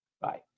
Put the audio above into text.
Bye